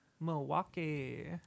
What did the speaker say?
Milwaukee